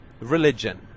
religion